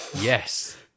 Yes